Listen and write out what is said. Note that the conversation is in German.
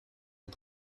und